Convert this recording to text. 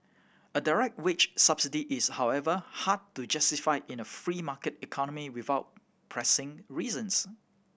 a direct wage subsidy is however hard to justify in a free market economy without pressing reasons